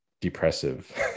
depressive